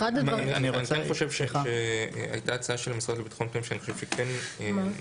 אני חושב שהייתה הצעה של המשרד לביטחון פנים ואני חושב שכן נכון